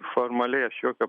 formaliai aš jokio